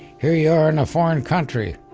here you are in a foreign country.